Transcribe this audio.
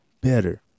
better